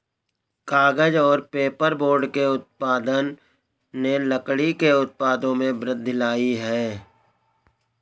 कागज़ और पेपरबोर्ड के उत्पादन ने लकड़ी के उत्पादों में वृद्धि लायी है